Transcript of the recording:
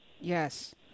yes